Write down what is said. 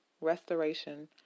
restoration